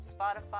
Spotify